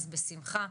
אז בשמחה.